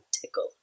tickle